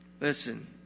Listen